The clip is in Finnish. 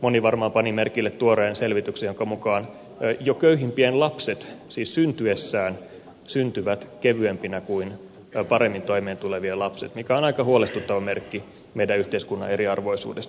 moni varmaan pani merkille tuoreen selvityksen jonka mukaan köyhimpien lapset syntyvät kevyempinä siis jo syntyessään ovat eriarvoisessa asemassa kuin paremmin toimeentulevien lapset mikä on aika huolestuttava merkki meidän yhteiskuntamme eriarvoisuudesta